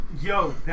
Yo